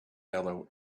yellow